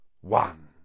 one